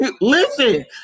listen